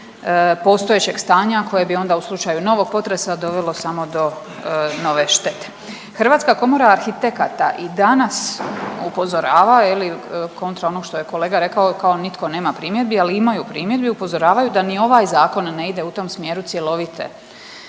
Hrvatska komora arhitekata i danas upozorava kontra onog što je kolega rekao, kao nitko nema primjedbi, ali imaju primjedbi upozoravaju da ni ovaj zakon ne ide u tom smjeru cjelovite